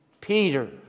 Peter